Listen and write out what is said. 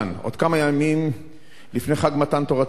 עוד כמה ימים לפני חג מתן תורתנו,